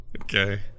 Okay